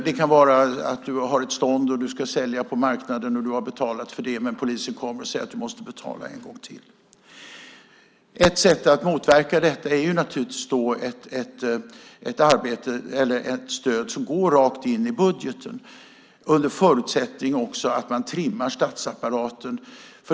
Det kan vara någon som har ett stånd och ska sälja på marknaden och som har betalat för det, men då kommer polisen och säger att man måste betala en gång till. Ett sätt att motverka detta är naturligtvis ett stöd som går rakt in i budgeten, under förutsättning att man trimmar statsapparaten.